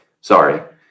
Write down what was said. Sorry